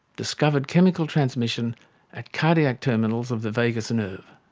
discovered chemical transmission at cardiac terminals of the vagus nerve.